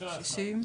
60?